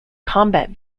combat